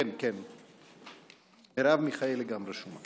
כן, כן, גם מרב מיכאלי רשומה.